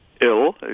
ill